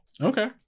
Okay